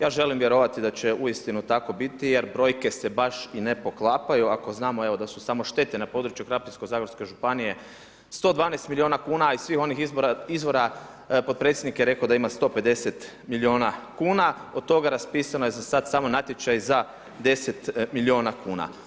Ja želim vjerovati da će uistinu tako biti jer brojke se baš i ne poklapaju, ako znamo evo da su samo štete na području Krapinsko-zagorske županije 112 milijuna kuna a iz svih onih izvora potpredsjednik je rekao da ima 150 milijuna kuna, od toga raspisano je za sada samo natječaji za 10 milijuna kuna.